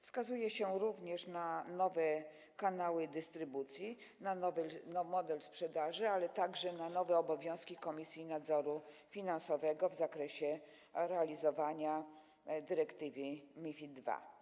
Wskazuje się również na nowe kanały dystrybucji, na model sprzedaży, ale także na nowe obowiązki Komisji Nadzoru Finansowego w zakresie realizowania dyrektywy MiFID II.